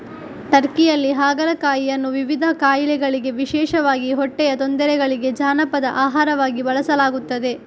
ಟರ್ಕಿಯಲ್ಲಿ ಹಾಗಲಕಾಯಿಯನ್ನು ವಿವಿಧ ಕಾಯಿಲೆಗಳಿಗೆ ವಿಶೇಷವಾಗಿ ಹೊಟ್ಟೆಯ ತೊಂದರೆಗಳಿಗೆ ಜಾನಪದ ಆಹಾರವಾಗಿ ಬಳಸಲಾಗುತ್ತದೆ